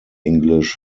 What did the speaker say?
english